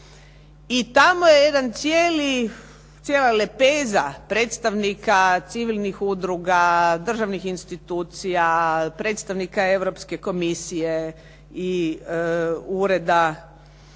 tamo je jedna cijela lepeza predstavnika civilnih udruga, državnih institucija, predstavnika Europske komisije i Ureda